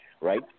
right